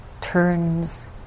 turns